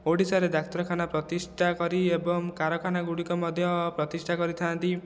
ଓଡ଼ିଶାରେ ଡାକ୍ତରଖାନା ପ୍ରତିଷ୍ଠା କରି ଏବଂ କାରଖାନାଗୁଡ଼ିକ ମଧ୍ୟ ପ୍ରତିଷ୍ଠା କରିଥା'ନ୍ତି